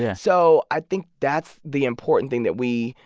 yeah so i think that's the important thing that we,